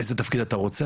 איזה תפקיד אתה רוצה?